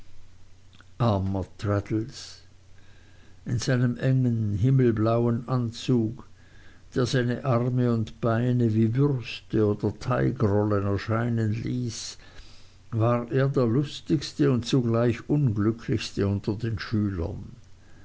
in seinem engen himmelblauen anzug der seine arme und beine wie würste oder teigrollen erscheinen ließ war er der lustigste und zugleich unglücklichste unter den schülern